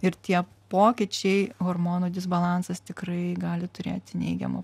ir tie pokyčiai hormonų disbalansas tikrai gali turėti neigiamų